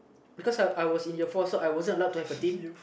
because I I was in your force so I wasn't allowed to have a team